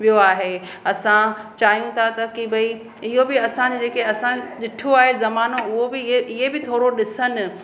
वियो आहे असां चाहियूं था त की भई इहो बि असां जेके असां ॾिठो आहे ज़मानो उओ बि इहे इहे बि थोरो ॾिसनि